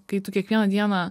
kai tu kiekvieną dieną